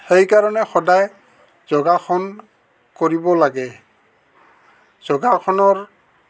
সেইকাৰণে সদায় যোগাসন কৰিব লাগে যোগাসনৰ